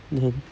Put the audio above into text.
then